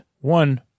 one